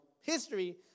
history